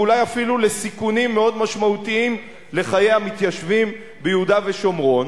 ואולי אפילו לסיכונים מאוד משמעותיים לחיי המתיישבים ביהודה ושומרון,